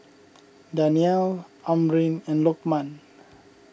Danial Amrin and Lokman